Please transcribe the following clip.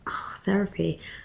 therapy